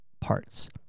parts